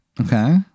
okay